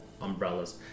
umbrellas